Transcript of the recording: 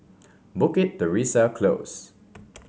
Bukit Teresa Close